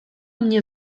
mnie